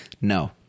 No